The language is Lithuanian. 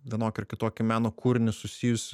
vienokį ar kitokį meno kūrinį susijusį